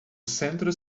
centro